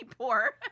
poor